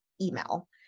email